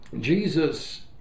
Jesus